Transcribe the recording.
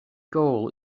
goal